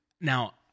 now